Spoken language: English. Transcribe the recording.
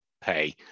pay